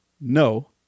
No